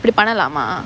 இப்டிபண்லமா:ipdipanlamaa